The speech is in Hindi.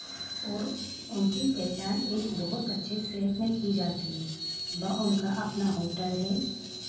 और उनकी पहचान एक बहुत अच्छे सेफ में की जाती है व उनका अपना होटल है